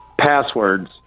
passwords